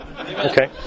okay